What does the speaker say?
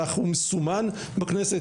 כך הוא מסומן בכנסת.